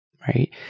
right